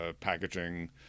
packaging